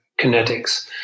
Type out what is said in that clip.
kinetics